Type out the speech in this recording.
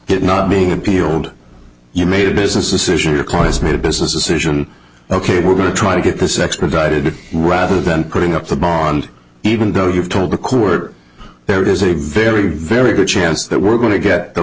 it not being appealed you made a business decision to close made a business decision ok we're going to try to get this extradited rather than putting up the bond even though you've told the court there is a very very good chance that we're going to get